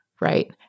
Right